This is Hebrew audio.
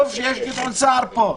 טוב שיש את גדעון סער פה,